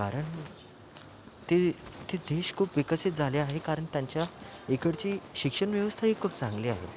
कारण ते ते देश खूप विकसित झाले आहे कारण त्यांच्या इकडची शिक्षण व्यवस्थाही खूप चांगली आहे